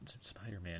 Spider-Man